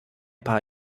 paar